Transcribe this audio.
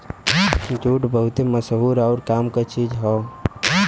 jute बहुते मसहूर आउर काम क चीज हौ